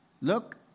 Look